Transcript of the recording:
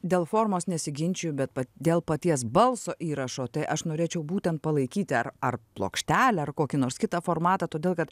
dėl formos nesiginčiju bet dėl paties balso įrašo tai aš norėčiau būtent palaikyti ar ar plokštelę ar kokį nors kitą formatą todėl kad